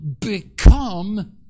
become